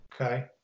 Okay